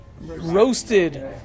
roasted